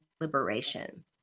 liberation